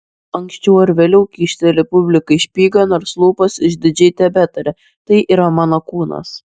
anksčiau ar vėliau kyšteli publikai špygą nors lūpos išdidžiai tebetaria tai yra mano kūnas